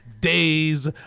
days